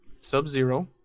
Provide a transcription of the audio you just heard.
Sub-Zero